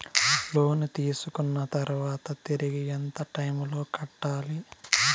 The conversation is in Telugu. లోను తీసుకున్న తర్వాత తిరిగి ఎంత టైములో కట్టాలి